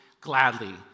gladly